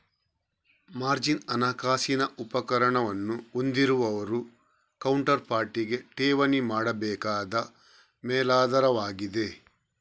margin ಹಣಕಾಸಿನ ಉಪಕರಣವನ್ನು ಹೊಂದಿರುವವರು ಕೌಂಟರ್ ಪಾರ್ಟಿಗೆ ಠೇವಣಿ ಮಾಡಬೇಕಾದ ಮೇಲಾಧಾರವಾಗಿದೆ